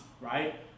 right